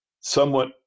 somewhat